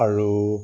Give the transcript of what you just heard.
আৰু